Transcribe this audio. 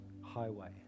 highway